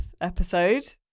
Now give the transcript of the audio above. episode